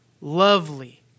lovely